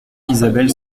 isabelle